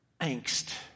angst